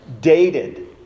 dated